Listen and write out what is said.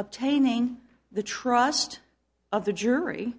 obtaining the trust of the jury